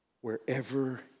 wherever